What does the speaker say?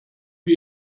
wir